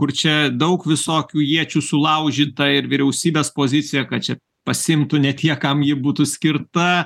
kur čia daug visokių iečių sulaužyta ir vyriausybės pozicija kad čia pasiimtų ne tie kam ji būtų skirta